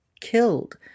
killed